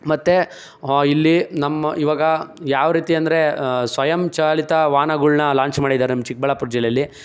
ಮತ್ತು ಇಲ್ಲಿ ನಮ್ಮ ಇವಾಗ ಯಾವ ರೀತಿ ಅಂದರೆ ಸ್ವಯಂಚಾಲಿತ ವಾಹನಗಳ್ನ ಲಾಂಚ್ ಮಾಡಿದ್ದಾರೆ ನಮ್ಮ ಚಿಕ್ಕಬಳ್ಳಾಪುರ ಜಿಲ್ಲೆಲಿ